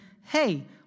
hey